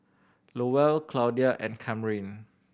Lowell Claudia and Kamryn